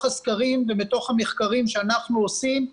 הסקרים ומתוך המחקרים שאנחנו עושים,